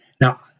Now